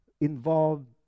involved